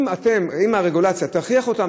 אם הרגולציה תכריח אותם,